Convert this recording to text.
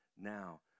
now